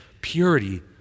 Purity